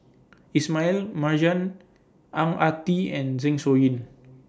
Ismail Marjan Ang Ah Tee and Zeng Shouyin